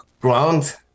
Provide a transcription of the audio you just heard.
ground